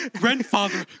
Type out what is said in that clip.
grandfather